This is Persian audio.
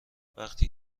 وقتی